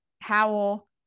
Howell